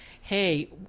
hey